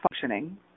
functioning